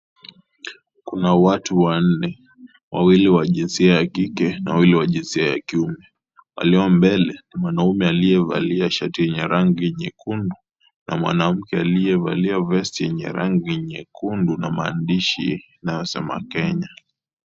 Kuna watu wanne, wawili wa jinsia ya kike na wawili wa jinsia ya kiume walio mbele ni mwanaume aliyevalia shati yenye rangi nyekundu na mwanamke aliyevalia vesti yenye rangi nyekundu na maandishi inayosema Kenya.